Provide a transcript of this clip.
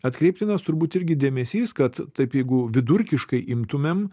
atkreiptinas turbūt irgi dėmesys kad taip jeigu vidurkiškai imtumėm